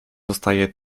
zostaje